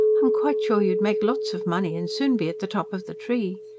i'm quite sure you'd make lots of money and soon be at the top of the tree.